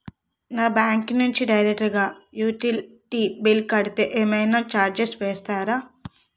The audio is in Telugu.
నా బ్యాంక్ నుంచి డైరెక్ట్ గా యుటిలిటీ బిల్ కడితే ఏమైనా చార్జెస్ వేస్తారా?